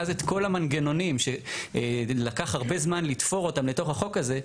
ואז את כל המנגנונים שלקח הרבה זמן לתפור אותם לתוך החוק הזה,